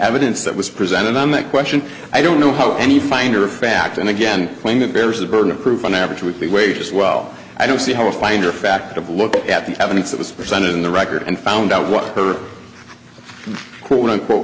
evidence that was presented on that question i don't know how any finder of fact and again claim that bears the burden of proof on average weekly wages well i don't see how a finder of fact of look at the evidence that was presented in the record and found out what her quote unquote